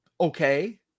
okay